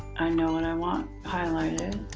i know what i want highlighted.